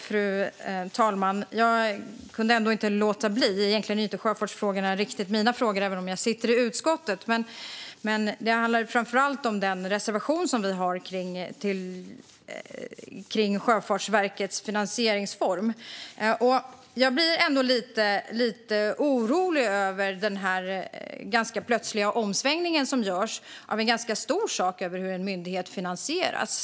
Fru talman! Jag kunde inte låta bli, trots att sjöfartsfrågorna egentligen inte riktigt är mina frågor även om jag sitter i utskottet. Det gäller framför allt den reservation vi har avseende Sjöfartsverkets finansieringsform. Jag blir lite orolig över den ganska plötsliga omsvängning som görs gällande en ganska stor sak, nämligen hur en myndighet finansieras.